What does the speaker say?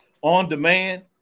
on-demand